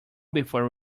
before